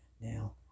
Now